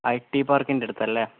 I T പാർക്കിന്റെയടുത്തല്ലേ